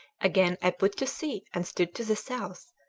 again i put to sea and stood to the south,